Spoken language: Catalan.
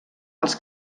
els